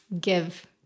give